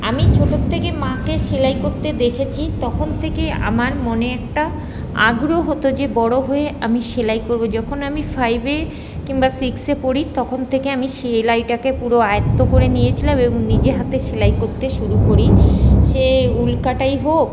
আমি ছোটোর থেকে মাকে সেলাই করতে দেখেছি তখন থেকেই আমার মনে একটা আগ্রহ হত যে আমি বড়ো হয়ে আমি সেলাই করব যখন আমি ফাইভে কিংবা সিক্সে পড়ি তখন থেকে আমি সেলাইটাকে পুরো আয়ত্ত করে নিয়েছিলাম এবং নিজের হাতে সেলাই করতে শুরু করি সে উলকাটাই হোক